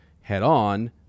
head-on